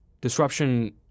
disruption